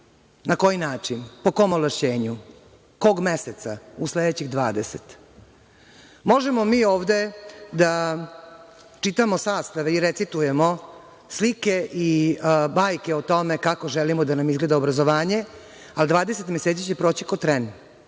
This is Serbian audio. Na koji način? Po kom ovlašćenju? Kog meseca u sledećih dvadeset. Možemo mi ovde da čitamo sastave i recitujemo slike i bajke o tome kako želimo da nam izgleda obrazovanje, a 20 meseci će proći kao tren.